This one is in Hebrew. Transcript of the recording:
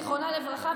זיכרונו לברכה,